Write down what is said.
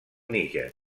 níger